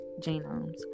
genomes